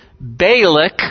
Balak